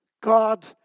God